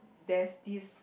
there's this